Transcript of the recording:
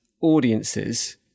audiences